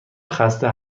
خسته